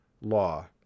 law